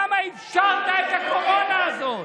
למה אפשרת את הקורונה הזאת?